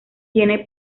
tiene